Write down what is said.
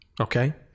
okay